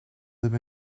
live